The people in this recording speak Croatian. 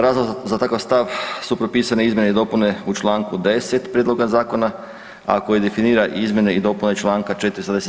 Razlog za takav stav su propisane izmjene i dopune u čl. 10. prijedloga zakona, a koji definira izmjene i dopune čl. 410.